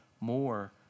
more